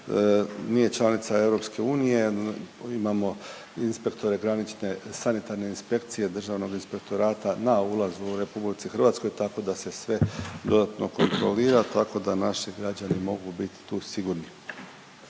nije članica EU, imamo inspektore granične sanitarne inspekcije Državnog inspektorata na ulazu u RH, tako da se sve dodatno kontrolira tako da naši građani mogu biti tu sigurni.